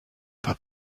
pas